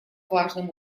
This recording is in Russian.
важным